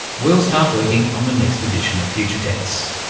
we'll start working on the next edition of future tense.